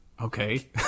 Okay